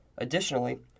Additionally